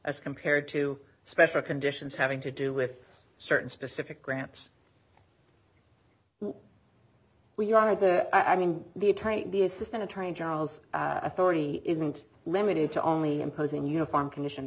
as compared to special conditions having to do with certain specific grants we are at the i mean the attorney the assistant attorney general's authority isn't limited to only imposing uniform conditions